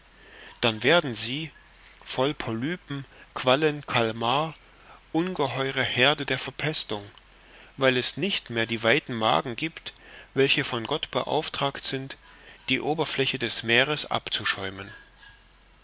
dann werden sie voll polypen quallen kalmar ungeheure heerde der verpestung weil es nicht mehr die weiten magen giebt welche von gott beauftragt sind die oberfläche des meeres abzuschäumen